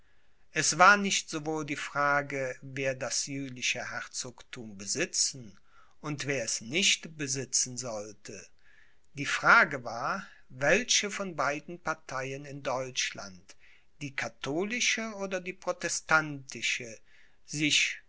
es war nicht sowohl die frage wer das jülichische herzogtum besitzen und wer es nicht besitzen sollte die frage war welche von beiden parteien in deutschland die katholische oder die protestantische sich